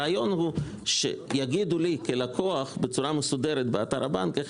הרעיון הוא שיגידו לי כלקוח בצורה מסודרת באתר הבנק איך